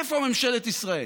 איפה ממשלת ישראל?